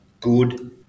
good